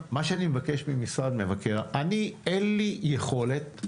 אין לי יכולת,